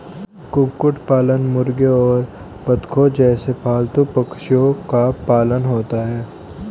कुक्कुट पालन मुर्गियों और बत्तखों जैसे पालतू पक्षियों का पालन होता है